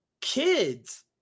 kids